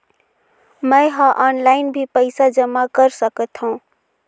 मैं ह ऑनलाइन भी पइसा जमा कर सकथौं?